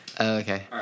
Okay